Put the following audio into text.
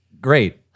Great